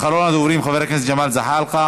הדוברים, חבר הכנסת ג'מאל זחאלקה.